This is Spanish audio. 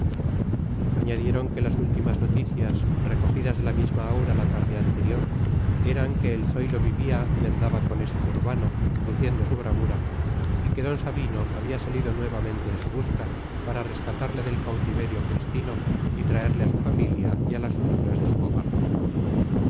añadieron que las últimas noticias recogidas de la misma aura la tarde anterior eran que el zoilo vivía y andaba con ese zurbano luciendo su bravura y que d sabino había salido nuevamente en su busca para rescatarle del cautiverio cristino y traerle a su familia y a las dulzuras de su hogar